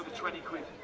twenty quid.